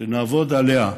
ונעבוד עליה,